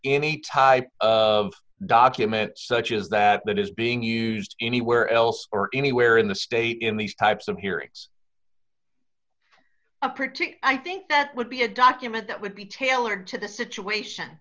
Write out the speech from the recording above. any type of document such as that that is being used anywhere else or anywhere in the state in these types of hearings a pretty i think that would be a document that would be tailored to the situation